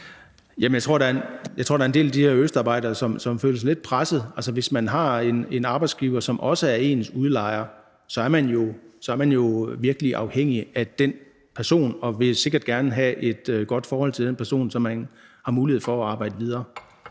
jeg tror, der er en del af de her østarbejdere, som føler sig lidt presset. Altså, hvis man har en arbejdsgiver, som også er ens udlejer, så er man jo virkelig afhængig af den person, og så vil man sikkert gerne have et godt forhold til den person, så man har mulighed for at arbejde videre.